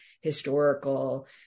historical